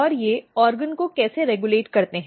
और ये अंग को कैसे रेगुलेट करते हैं